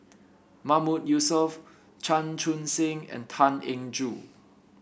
Mahmood Yusof Chan Chun Sing and Tan Eng Joo